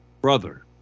brother